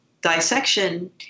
dissection